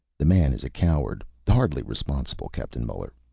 the man is a coward, hardly responsible, captain muller.